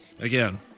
again